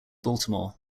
baltimore